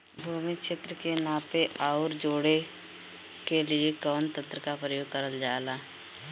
भूमि क्षेत्र के नापे आउर जोड़ने के लिए कवन तंत्र का प्रयोग करल जा ला?